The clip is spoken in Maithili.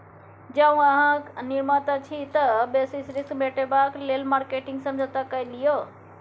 जौं अहाँ निर्माता छी तए बेसिस रिस्क मेटेबाक लेल मार्केटिंग समझौता कए लियौ